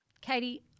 Katie